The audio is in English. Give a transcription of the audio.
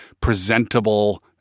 presentable